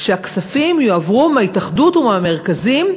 שהכספים יועברו מההתאחדות ומהמרכזים,